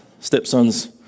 stepson's